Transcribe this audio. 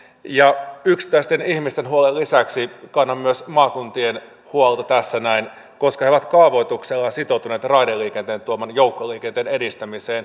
ja yksittäisten ihmisten huolen lisäksi kannan myös maakuntien huolta tässä näin koska he ovat kaavoituksella sitoutuneet raideliikenteen tuoman joukkoliikenteen edistämiseen